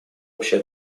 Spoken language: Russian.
общей